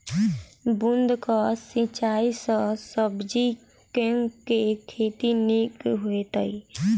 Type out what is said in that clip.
बूंद कऽ सिंचाई सँ सब्जी केँ के खेती नीक हेतइ?